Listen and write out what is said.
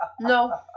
No